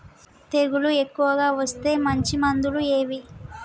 తెగులు ఎక్కువగా వస్తే మంచి మందులు ఏవి?